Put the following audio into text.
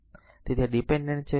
તેથી આ ડીપેન્ડેન્ટ છે